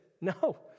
No